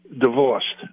divorced